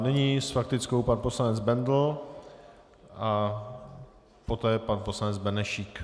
Nyní s faktickou pan poslanec Bendl, poté pan poslanec Benešík.